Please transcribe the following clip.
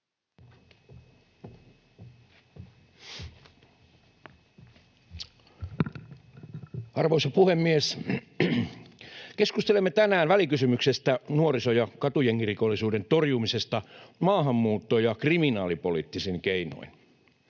speech Section: 3 - Välikysymys nuoriso- ja katujengirikollisuuden torjumisesta maahanmuutto- ja kriminaalipoliittisin keinoin